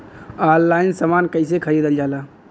Online समान कैसे खरीदल जाला?